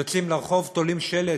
יוצאים לרחוב, תולים שלט?